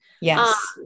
Yes